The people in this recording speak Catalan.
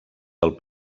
del